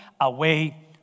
away